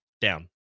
down